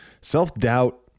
self-doubt